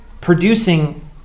producing